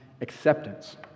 acceptance